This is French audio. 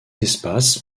espaces